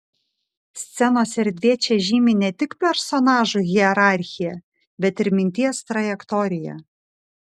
scenos erdvė čia žymi ne tik personažų hierarchiją bet ir minties trajektoriją